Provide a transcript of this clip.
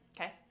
okay